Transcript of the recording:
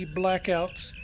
blackouts